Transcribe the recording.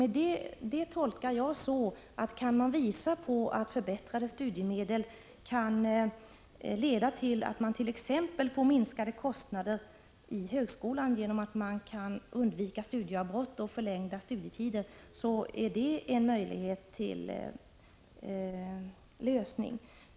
Detta tolkar jag så, att om kommittén visar att förbättrade studiemedel kan leda till minskade kostnader under högskolestudierna, genom undvikande av studieavbrott och förlängda studietider, kan det vara en möjlig lösning.